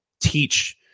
teach